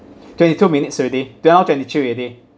twenty two minutes already that one twenty two already